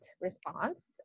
response